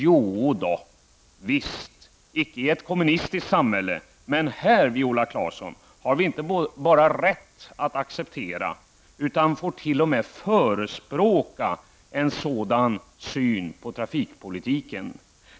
Jo visst, icke i ett kommunistiskt samhälle men här, Viola Claesson, har vi inte bara rätt att acceptera det utan t.o.m. får förespråka en sådan syn på trafikpolitiken.